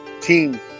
team